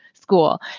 school